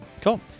Cool